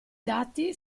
dati